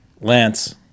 Lance